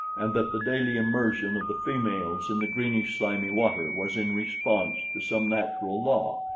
and that the daily immersion of the females in the greenish slimy water was in response to some natural law,